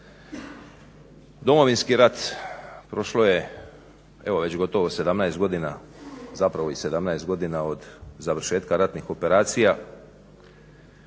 Domovinski rat, evo prošlo je evo već gotovo 17 godina, zapravo i 17 godina od završetka ratnih operacija.